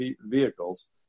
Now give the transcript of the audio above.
vehicles